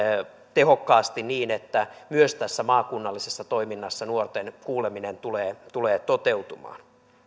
tehokkaasti niin että myös tässä maakunnallisessa toiminnassa nuorten kuuleminen tulee tulee toteutumaan